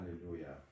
hallelujah